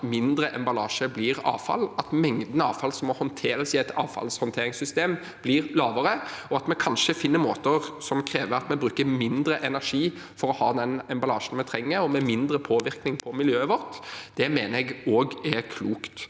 mindre emballasje blir avfall, at mengden avfall som må håndteres i et avfallshåndte ringssystem, blir lavere, og at vi kanskje finner måter som krever at vi bruker mindre energi for å ha den emballasjen vi trenger, og med mindre påvirkning på miljøet vårt. Det mener jeg er klokt.